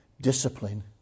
discipline